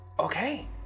Okay